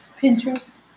Pinterest